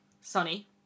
sunny